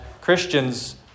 Christians